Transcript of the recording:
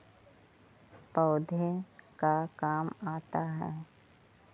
पौधे का काम आता है?